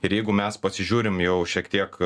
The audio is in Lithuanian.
ir jeigu mes pasižiūrim jau šiek tiek